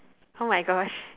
oh-my-Gosh